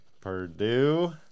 Purdue